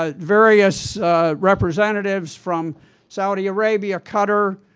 ah various representatives from saudi arabia, qatar,